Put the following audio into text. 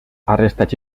arrestats